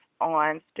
on